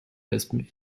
wespen